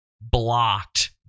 blocked